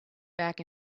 back